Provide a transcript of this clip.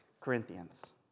Corinthians